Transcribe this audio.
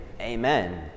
amen